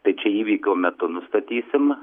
tai čia įvykio metu nustatysim